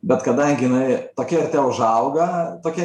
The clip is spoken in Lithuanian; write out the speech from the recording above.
bet kadangi jinai tokia ir teužauga tokia